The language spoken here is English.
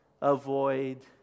avoid